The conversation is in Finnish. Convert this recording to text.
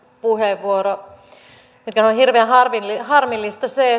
puheenvuoro nythän on hirveän harmillista harmillista se